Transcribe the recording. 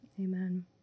Amen